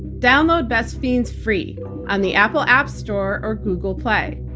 download best fiends free on the apple app store or google play.